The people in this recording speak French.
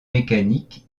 mécanique